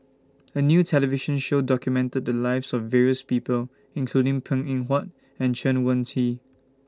A New television Show documented The Lives of various People including Png Eng Huat and Chen Wen Hsi